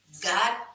God